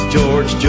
George